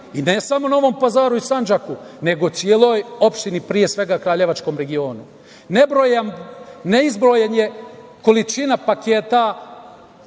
i ne samo Novom Pazaru i Sandžaku, nego celoj opštini, pre svega Kraljevačkom regionu. Ne izbrojana je količina paketa